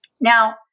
now